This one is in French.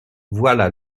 voilà